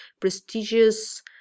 prestigious